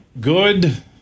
Good